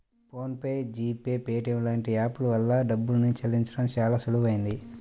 phone pay, G Pay, Paytm లాంటి app ల వల్ల డబ్బుల్ని చెల్లించడం చానా సులువయ్యింది